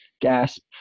gasp